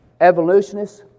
evolutionists